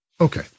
Okay